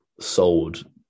sold